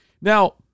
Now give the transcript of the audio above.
Now